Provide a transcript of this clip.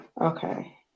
Okay